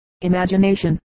imagination